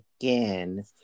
again